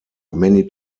many